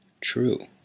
True